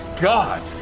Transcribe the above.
God